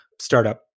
startup